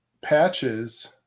patches